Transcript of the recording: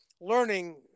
learning